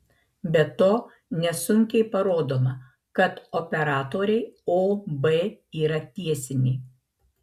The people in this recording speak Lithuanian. be to nesunkiai parodoma kad operatoriai o b yra tiesiniai